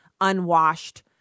unwashed